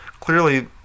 Clearly